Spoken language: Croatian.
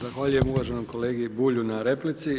Zahvaljujem se uvaženom kolegi Bulju na replici.